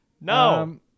No